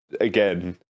again